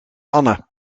anne